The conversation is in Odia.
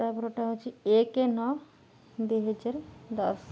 ତା'ପରଟା ହେଉଛି ଏକ ନଅ ଦୁଇହଜାର ଦଶ